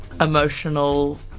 emotional